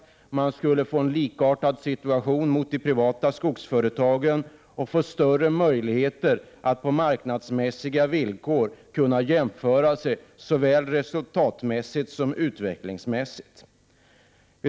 Företaget skulle få en situation likartad de privata skogsföretagens och större möjligheter att på marknadsmässiga villkor jämföra sig såväl resultatmässigt som utvecklingsmässigt.